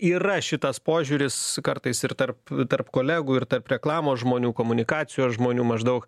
yra šitas požiūris kartais ir tarp tarp kolegų ir tarp reklamos žmonių komunikacijos žmonių maždaug